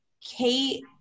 Kate